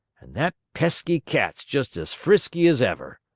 and that pesky cat's jest as frisky as ever!